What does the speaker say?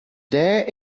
there